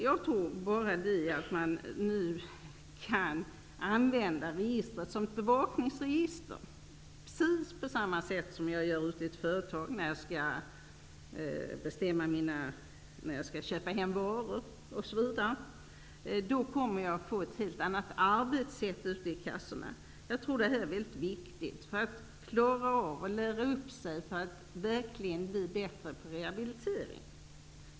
Enbart det faktum att man nu kan använda registren som bevakningsregister, precis på samma sätt som man gör i företag för att betämma när man skall köpa hem varor osv., gör att man får ett helt annat arbetssätt hos försäkringskassorna. Detta är mycket viktigt för att man skall klara av och lära sig att verkligen bli bättre på rehabilitering.